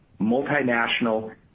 multinational